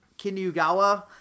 Kinugawa